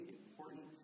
important